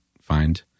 find